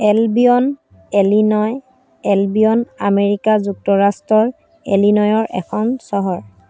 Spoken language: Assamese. এলবিয়ন ইলিনয় এলবিয়ন আমেৰিকা যুক্তৰাষ্ট্ৰৰ ইলিনয়ৰ এখন চহৰ